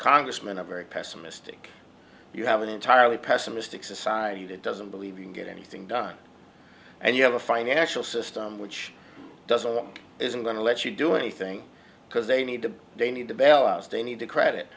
congressmen are very pessimistic you have an entirely pessimistic society that doesn't believe you can get anything done and you have a financial system which doesn't isn't going to let you do anything because they need to they need to bail us they need to credit